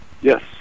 Yes